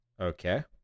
Okay